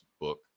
book